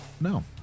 No